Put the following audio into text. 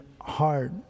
hard